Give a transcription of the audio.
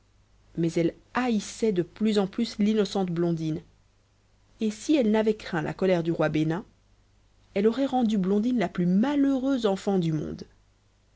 mais elle haïssait de plus en plus l'innocente blondine et si elle n'avait craint la colère du roi bénin elle aurait rendu blondine la plus malheureuse enfant du monde